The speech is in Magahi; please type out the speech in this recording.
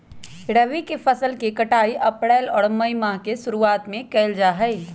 रबी के फसल के कटाई अप्रैल और मई माह के शुरुआत में कइल जा हई